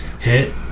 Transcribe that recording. hit